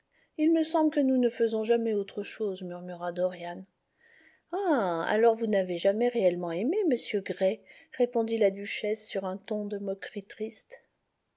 il me semble que nous ne faisons jamais autre chose murmura dorian ah alors vous n'avez jamais réellement aimé monsieur gray répondit la duchesse sur un ton de moquerie triste